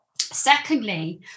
Secondly